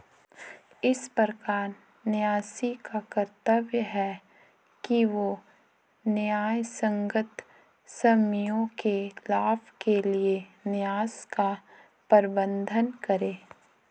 इस प्रकार न्यासी का कर्तव्य है कि वह न्यायसंगत स्वामियों के लाभ के लिए न्यास का प्रबंधन करे